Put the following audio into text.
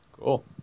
Cool